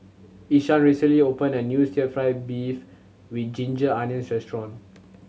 Ishaan recently opened a new still fried beef with ginger onions restaurant